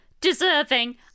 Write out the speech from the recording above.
deserving